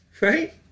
Right